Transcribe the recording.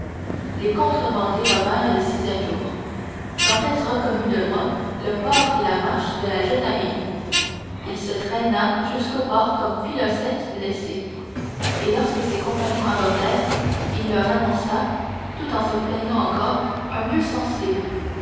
les contrebandiers revinrent le sixième jour dantès reconnut de loin le port et la marche de la jeune amélie il se traîna jusqu'au port comme philoctète blessé et lorsque ses compagnons abordèrent il leur annonça tout en se plaignant encore un mieux sensible